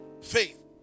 faith